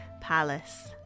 Palace